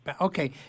okay